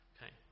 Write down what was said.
Okay